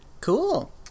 Cool